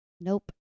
Nope